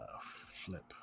Flip